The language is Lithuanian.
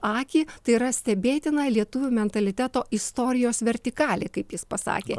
akį tai yra stebėtina lietuvių mentaliteto istorijos vertikalė kaip jis pasakė